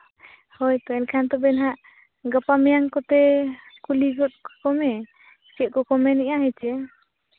ᱦᱳᱭᱛᱳ ᱮᱱᱠᱷᱟᱱ ᱛᱚᱵᱮ ᱱᱟᱦᱟᱸᱜ ᱜᱟᱯᱟ ᱢᱮᱭᱟᱝ ᱠᱚᱛᱮ ᱠᱩᱞᱤ ᱜᱚᱫ ᱠᱟᱠᱚᱢᱮ ᱪᱮᱫ ᱠᱚᱠᱚ ᱢᱮᱱᱮᱜᱼᱟ ᱦᱮᱸᱥᱮ